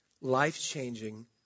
life-changing